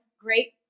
great